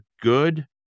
good